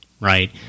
right